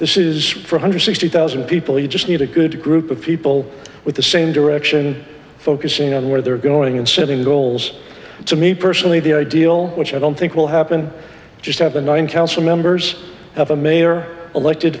this is for a hundred sixty thousand people you just need a good group of people with the same direction focusing on where they're going and setting goals to me personally the ideal which i don't think will happen just have a nine council members have a mayor elected